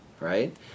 right